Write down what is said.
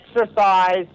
exercise